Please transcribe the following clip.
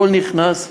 הכול נכנס,